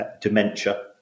dementia